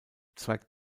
zweigt